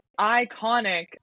iconic